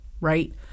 right